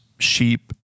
sheep